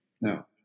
Now